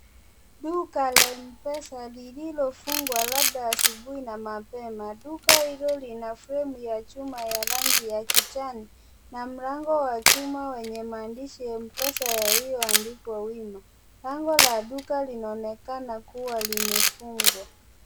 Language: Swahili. Duka la Mpesa lililofungwa, labda, asubuhi na mapema. Duka hilo, lina fremu ya chuma ya rangi ya kijani na mlango wa chuma yenye maandishi Mpesa, yaliyoandikwa wima. Lango la duka, linaonekana kuwa limefungwa.